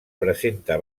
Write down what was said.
presenta